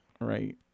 right